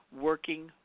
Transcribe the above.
working